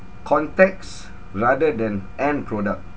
context rather than end product